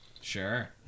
Sure